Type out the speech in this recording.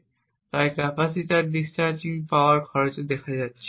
এবং তাই ক্যাপাসিটরের ডিসচার্জিং পাওয়ার খরচে দেখা যাচ্ছে